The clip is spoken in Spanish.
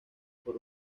por